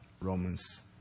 Romans